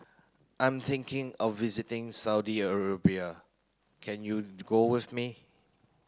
I am thinking of visiting Saudi Arabia can you go with me